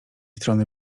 strony